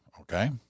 okay